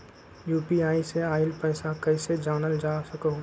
UPI से आईल पैसा कईसे जानल जा सकहु?